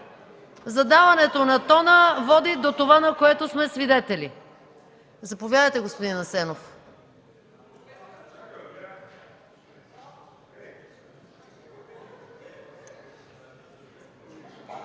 задаването на тона води до това, на което сме свидетели! Заповядайте, господин Асенов.